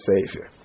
Savior